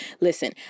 listen